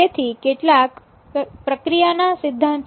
તેથી કેટલાક પ્રક્રિયા ના સિદ્ધાંતો છે જે સમાનરૂપે મહત્વપૂર્ણ છે